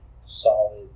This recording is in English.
solid